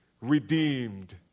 Redeemed